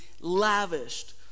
lavished